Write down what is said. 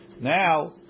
Now